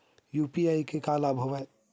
UPI के का का लाभ हवय?